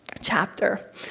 chapter